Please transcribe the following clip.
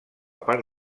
part